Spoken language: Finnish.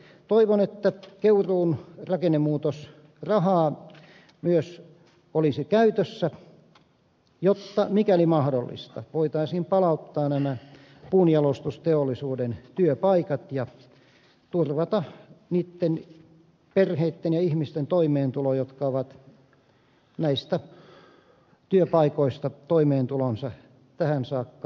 toivon että keuruun rakennemuutosrahaa myös olisi käytössä jotta mikäli mahdollista voitaisiin palauttaa nämä puunjalostusteollisuuden työpaikat ja turvata niitten perheitten ja ihmisten toimeentulo jotka ovat näistä työpaikoista toimeentulonsa tähän saakka